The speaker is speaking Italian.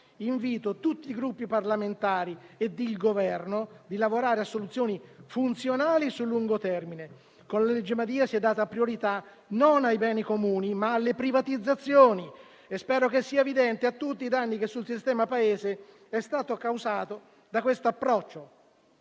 Invito tutti i Gruppi parlamentari ed il Governo a lavorare per soluzioni funzionali sul lungo termine. Con la legge Madia si è data priorità non ai beni comuni, ma alle privatizzazioni e spero sia evidente a tutti il danno che al sistema Paese è stato causato da questo approccio,